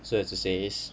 so as it says